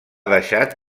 deixat